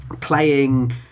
playing